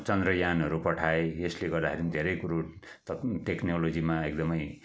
चन्द्रयानहरू पठाए यसले गर्दाखेरि धेरै कुरो टेकनोलोजीमा एकदमै